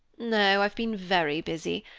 no, i've been very busy.